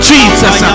Jesus